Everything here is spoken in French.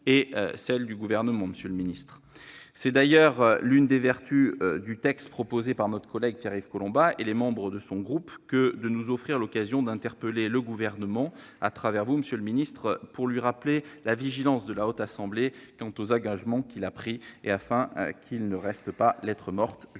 et celles du Gouvernement. C'est d'ailleurs l'une des vertus du texte proposé par notre collègue Pierre-Yves Collombat et les membres de son groupe que de nous offrir l'occasion d'interpeller le Gouvernement à travers vous, monsieur le ministre, pour lui rappeler la vigilance de la Haute Assemblée quant aux engagements qu'il a pris, afin qu'ils ne restent pas lettre morte.